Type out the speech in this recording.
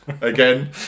again